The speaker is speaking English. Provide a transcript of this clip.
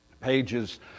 pages